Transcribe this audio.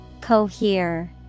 cohere